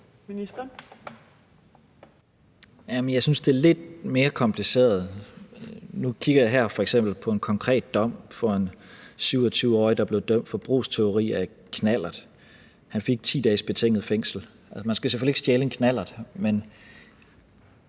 Tesfaye): Jeg synes, det er lidt mere kompliceret. Nu kigger jeg her f.eks. på en konkret dom, hvor en 27-årig, der blev dømt for brugstyveri af en knallert, fik 10 dages betinget fængsel. Og man skal selvfølgelig ikke stjæle en knallert. Men